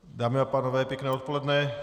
Dámy a pánové, pěkné odpoledne.